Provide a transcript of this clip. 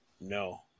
No